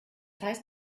heißt